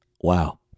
Wow